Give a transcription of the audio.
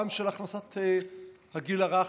גם של הכנסת הגיל הרך,